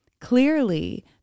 Clearly